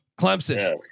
Clemson